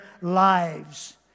lives